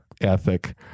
ethic